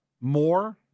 more